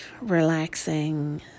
relaxing